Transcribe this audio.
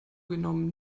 genommen